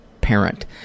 parent